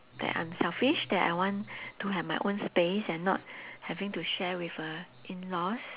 that I'm selfish that I want to have my own space and not having to share with a in laws